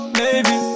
baby